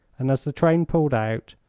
and as the train pulled out,